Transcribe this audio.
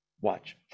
Watch